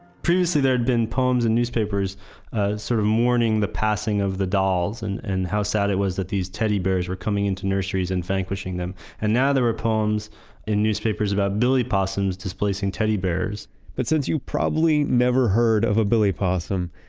previously there had been poems in newspapers ah sort of mourning the passing of the dolls and and how sad it was that these teddy bears were coming into nurseries and vanquishing them. and now there were poems in newspapers about billy possums displacing teddy bears but since you probably never heard of a billy possum,